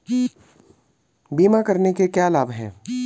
बीमा करने के क्या क्या लाभ हैं?